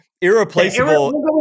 irreplaceable